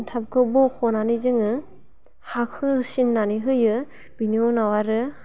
टाबखौ बख'नानै जोङो हाखो होसिननानै होयो बिनि उनाव आरो